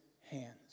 hands